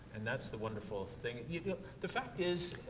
and that's the wonderful thing you know, the fact is,